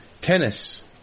tennis